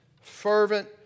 fervent